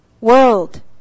world